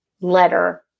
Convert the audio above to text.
letter